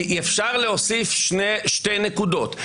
אפשר להוסיף שתי נקודות.